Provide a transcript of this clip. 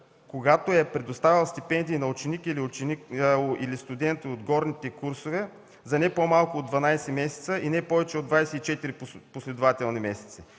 когато е предоставил стипендии на ученици или студенти от горните курсове за не по-малко от 12 месеца и не повече от 24 последователни месеца.